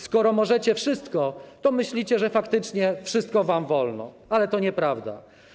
Skoro możecie wszystko, to myślicie, że faktycznie wszystko wam wolno, ale to nieprawda.